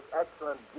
excellent